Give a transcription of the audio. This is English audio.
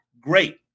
great